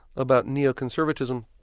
about neoconservatism.